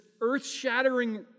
earth-shattering